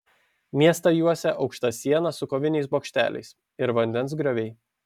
miestą juosė aukšta siena su koviniais bokšteliais ir vandens grioviai